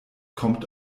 kommt